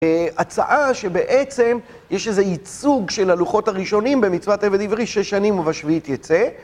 הצעה שבעצם יש איזה ייצוג של הלוחות הראשונים במצוות עבד עברי שש שנים ובשביעית יצא.